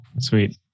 Sweet